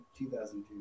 2002